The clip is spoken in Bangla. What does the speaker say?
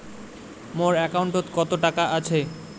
মোর একাউন্টত কত টাকা আছে?